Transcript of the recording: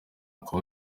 uncle